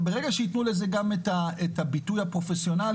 וברגע שייתנו לזה גם את הביטוי הפרופסיונלי,